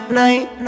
night